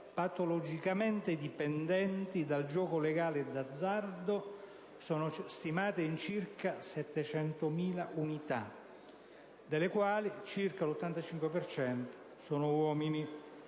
patologicamente dipendenti dal gioco legale e d'azzardo sono stimate in circa 700.000 unità, delle quali circa l'85 per cento sono uomini.